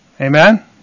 Amen